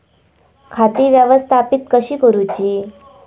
खाती व्यवस्थापित कशी करूची?